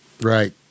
Right